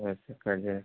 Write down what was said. ऐसे कट जाए